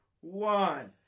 one